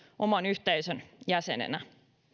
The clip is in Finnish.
oman yhteisön jäsenenä